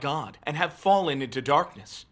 god and have fallen into darkness